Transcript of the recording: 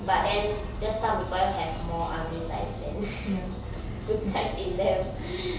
but then just some people has more ugly sides than good sides in them